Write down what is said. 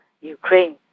Ukraine